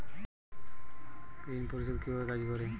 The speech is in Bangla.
ঋণ পরিশোধ কিভাবে কাজ করে?